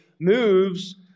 moves